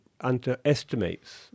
underestimates